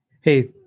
Hey